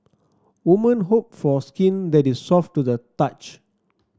woman hope for skin that is soft to the touch